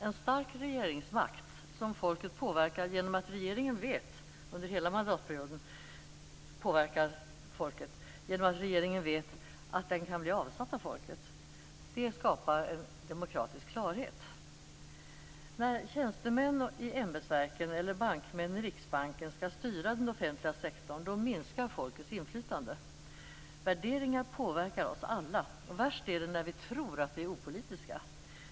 En stark regeringsmakt som folket påverkar genom att regeringen under hela mandatperioden vet att den kan bli avsatt av folket skapar en demokratisk klarhet. Riksbanken skall styra den offentliga sektorn minskar folkets inflytande. Värderingar påverkar oss alla. Värst är det när vi tror att vi är opolitiska.